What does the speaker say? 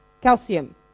calcium